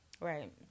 Right